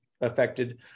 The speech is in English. affected